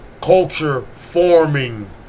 culture-forming